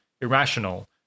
irrational